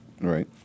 Right